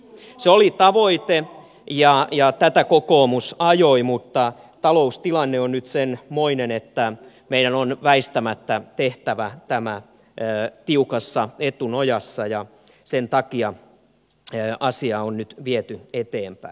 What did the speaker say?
se oli tavoite ja tätä kokoomus ajoi mutta taloustilanne on nyt semmoinen että meidän on väistämättä tehtävä tämä tiukassa etunojassa ja sen takia asiaa on nyt viety eteenpäin